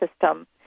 system